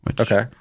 Okay